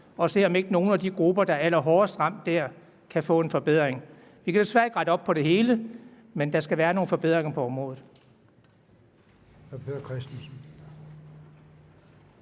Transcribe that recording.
og se, om ikke nogen af de grupper, der er allerhårdest ramt der, kan få en forbedring. Vi kan desværre ikke rette op på det hele, men der skal komme nogle forbedringer på området.